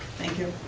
thank you.